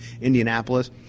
Indianapolis